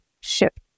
ship